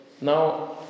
Now